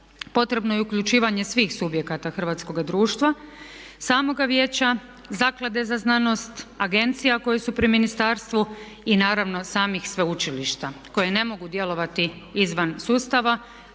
potrebno je uključivanje svih subjekata hrvatskoga društva, samoga Vijeća, Zaklade za znanost, agencija koje su pri ministarstvu i naravno samih sveučilišta koje ne mogu djelovati izvan sustav.